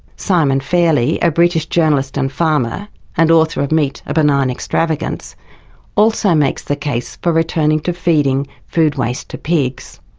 simon fairlie, a british journalist and farmer and author of meat, a benign extravagance also makes the case for returning to feeding food waste to pigs.